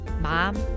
mom